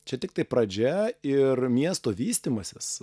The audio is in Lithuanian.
čia tiktai pradžia ir miesto vystymasis